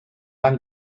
van